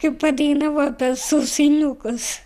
kai padainavo apie sausainukus